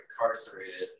incarcerated